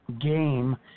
game